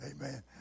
Amen